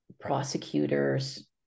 prosecutors